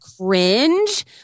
cringe